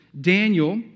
Daniel